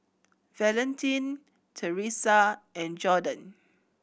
Valentin Teressa and Jordon